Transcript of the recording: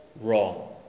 wrong